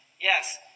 Yes